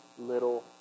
little